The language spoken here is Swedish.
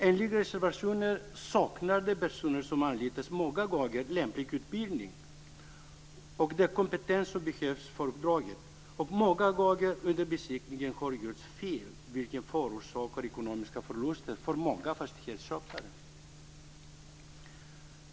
Enligt reservationen saknar de personer som anlitas många gånger lämplig utbildning och den kompetens som behövs för uppdraget, och många gånger har det gjorts fel under besiktningen, vilket förorsakar ekonomiska förluster för många fastighetsköpare.